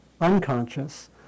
unconscious